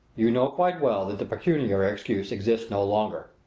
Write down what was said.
you know quite well that the pecuniary excuse exists no longer.